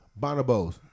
Bonobos